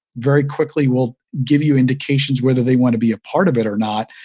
very quickly, will give you indications whether they want to be a part of it or not.